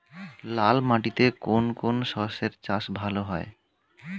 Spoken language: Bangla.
লাল মাটিতে কোন কোন শস্যের চাষ ভালো হয়?